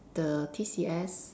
the T C S